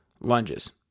lunges